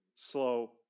Slow